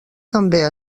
també